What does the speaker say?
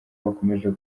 bakomeje